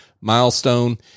milestone